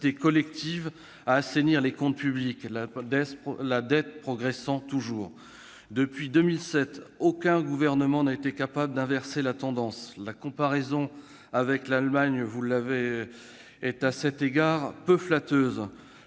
collective à assainir les comptes publics, la dette progressant toujours. Depuis 2007, aucun gouvernement n'a été capable d'inverser la tendance. La comparaison avec l'Allemagne est, à cet égard, peu flatteuse.